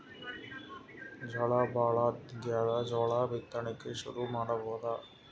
ಝಳಾ ಭಾಳಾಗ್ಯಾದ, ಜೋಳ ಬಿತ್ತಣಿಕಿ ಶುರು ಮಾಡಬೋದ?